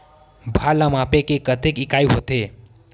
भार ला मापे के कतेक इकाई होथे?